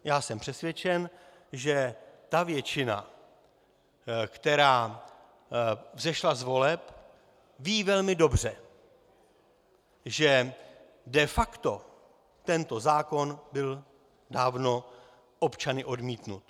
Já jsem přesvědčen, že ta většina, která vzešla z voleb, ví velmi dobře, že de facto tento zákon byl dávno občany odmítnut.